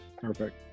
Perfect